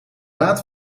laat